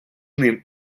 ним